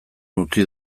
utzi